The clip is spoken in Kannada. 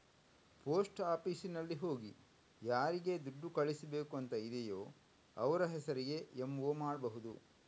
ಪೋಸ್ಟ್ ಆಫೀಸಿನಲ್ಲಿ ಹೋಗಿ ಯಾರಿಗೆ ದುಡ್ಡು ಕಳಿಸ್ಬೇಕು ಅಂತ ಇದೆಯೋ ಅವ್ರ ಹೆಸರಿಗೆ ಎಂ.ಒ ಮಾಡ್ಬಹುದು